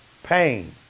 pain